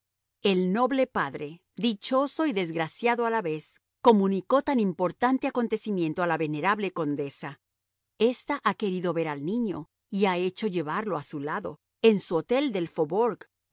el noble padre dichoso y desgraciado a la vez comunicó tan importante acontecimiento a la venerable condesa esta ha querido ver al niño y ha hecho llevarlo a su lado en su hotel del